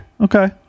Okay